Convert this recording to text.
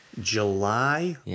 July